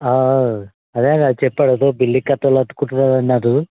ఆ అ అదే ఆయన చెప్పాడు బిల్డింగ్ కట్టాలనుకుంటున్నానన్నాడు